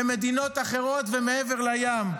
במדינות אחרות ומעבר לים.